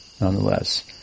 nonetheless